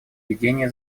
ведения